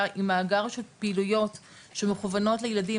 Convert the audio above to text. עם מאגר של פעילויות שמוכוונות לילדים,